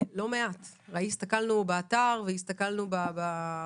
הסתכלנו באתר ויש לא מעט כאלה,